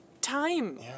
time